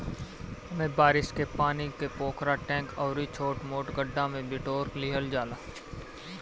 एमे बारिश के पानी के पोखरा, टैंक अउरी छोट मोट गढ्ढा में बिटोर लिहल जाला